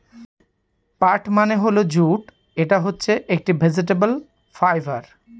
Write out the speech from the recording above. পাট মানে হল জুট এটা হচ্ছে একটি ভেজিটেবল ফাইবার